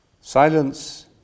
Silence